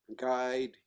guide